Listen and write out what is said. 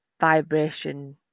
vibration